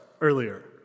earlier